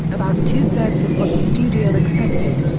about two-thirds of what the studio expected.